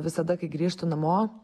visada kai grįžtu namo